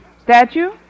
Statue